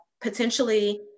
potentially